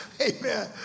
amen